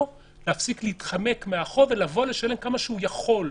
להפסיק להתחמק מהחוב ולשלם כמה שהוא יכול,